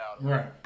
Right